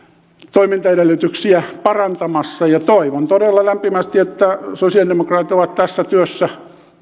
toimintaedellytyksiä parantamassa ja toivon todella lämpimästi että sosialidemokraatit ovat tässä työssä